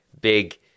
big